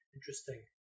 Interesting